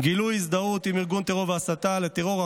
"גילוי הזדהות עם ארגון טרור והסתה לטרור,